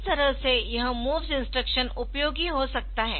इस तरह से यह MOVS इंस्ट्रक्शन उपयोगी हो सकता है